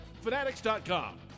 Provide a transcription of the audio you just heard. Fanatics.com